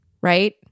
right